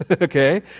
Okay